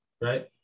right